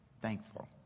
thankful